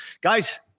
Guys